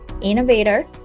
innovator